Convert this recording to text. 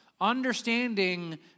understanding